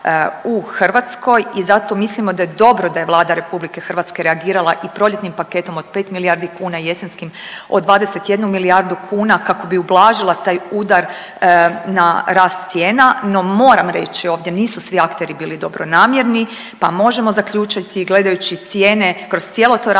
u Hrvatskoj i zato mislimo da je dobro da je Vlada RH reagirala i proljetnim paketom od 5 milijardi kuna i jesenskim od 21 milijardu kuna kako bi ublažila taj udar na rast cijena, no moram reći ovdje, nisu svi akteri bili dobronamjerni pa možemo zaključiti gledajući cijene kroz cijelo to razdoblje